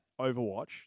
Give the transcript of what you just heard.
Overwatch